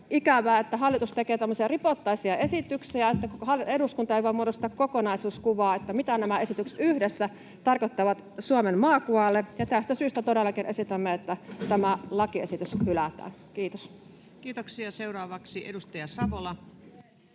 että hallitus tekee tämmöisiä ripottaisia esityksiä, että eduskunta ei voi muodostaa kokonaiskuvaa siitä, mitä nämä esitykset yhdessä tarkoittavat Suomen maakuvalle, ja tästä syystä todellakin esitämme, että tämä lakiesitys hylätään. — Kiitos. [Speech 7]